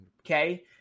okay